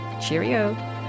Cheerio